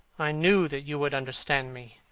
i knew that you would understand me.